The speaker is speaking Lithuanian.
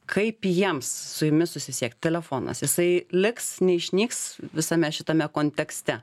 kaip jiems su jumis susisiekt telefonas jisai liks neišnyks visame šitame kontekste